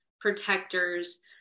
protectors